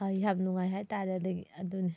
ꯌꯥꯝ ꯅꯨꯡꯉꯥꯏ ꯍꯥꯏꯇꯥꯔꯦ ꯑꯗꯒꯤ ꯑꯗꯨꯅꯤ